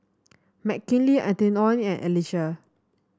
Mckinley Antione and Alesia